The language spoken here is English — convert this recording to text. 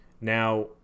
Now